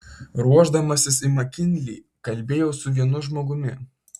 ruošdamasis į makinlį kalbėjau su vienu žmogumi